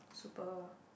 super